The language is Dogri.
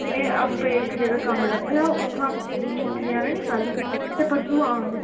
में आपूं इक जगह् कम्म लैते दा हा उत्थूं मुक्की जाना निं कल्ल फ्ही ते परसूं आह्ङ